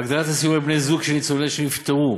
הגדלת הסיוע לבני-זוג של ניצולים שנפטרו,